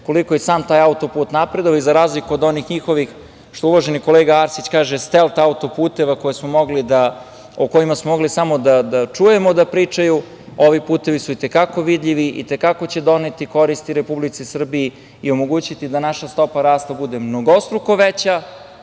koliko je i sam taj auto-put napredovao i za razliku od onih njihovih, što uvaženi kolega Arsić kaže - stelt auto-puteva o kojima smo mogli samo da čujemo da pričaju, ovi putevi su i te kako vidljivi, i te kako će doneti korist Republici Srbiji i omogućiti da naša stopa rasta bude mnogostruko veća.